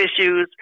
issues